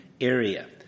area